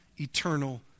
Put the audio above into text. Eternal